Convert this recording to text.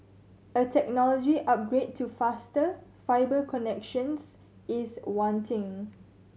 a technology upgrade to faster fibre connections is wanting